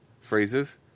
phrases